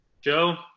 joe